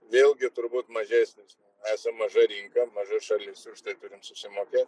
vėlgi turbūt mažesnis nes esam maža rinka maža šalis už tai turim susimokėt